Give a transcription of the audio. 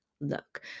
look